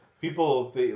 People